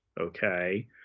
Okay